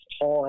time